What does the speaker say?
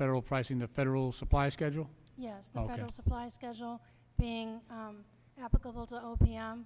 federal pricing the federal supply schedule yes supply schedule being applicable to opium